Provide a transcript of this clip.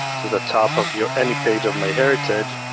to the top of your, any page of myheritage,